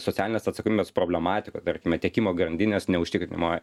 socialinės atsakomybės problematika tarkime tiekimo grandinės neužtikrinimo